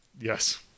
Yes